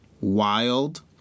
wild